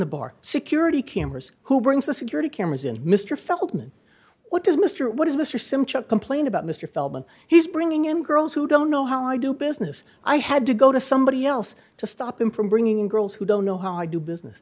the bar security cameras who brings the security cameras in mr feldman what does mr what does mr simpson complain about mr feldman he's bringing in girls who don't know how i do business i had to go to somebody else to stop him from bringing in girls who don't know how i do business